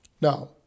Now